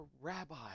rabbi